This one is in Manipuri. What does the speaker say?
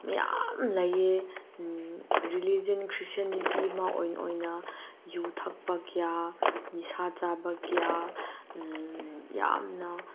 ꯃꯌꯥꯝ ꯂꯩꯌꯦ ꯔꯤꯂꯤꯖꯟ ꯈ꯭ꯔꯤꯁꯇꯤꯌꯥꯟꯅꯤꯇꯤ ꯑꯃ ꯑꯣꯏꯅ ꯑꯣꯏꯅ ꯌꯨ ꯊꯛꯄ ꯀꯌꯥ ꯅꯤꯁꯥ ꯆꯥꯕ ꯀꯌꯥ ꯌꯥꯝꯅ